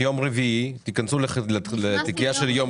השינוי הזה נובע מצפי ביצוע נמוך ממה שנצפה בעת אישור התקציב,